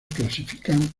clasifican